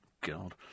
God